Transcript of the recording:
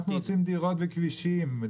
אנחנו רוצים דירות וכבישים.